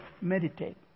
meditate